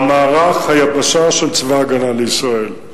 במערך היבשה של צבא-הגנה-לישראל.